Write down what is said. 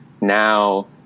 now